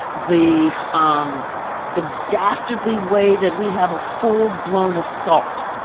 the um the dastardly way that we have a full blown assault.